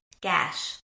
Gash